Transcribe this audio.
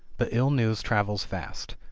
but ill news travels fast.